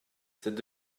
cette